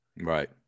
Right